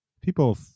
people